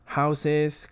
houses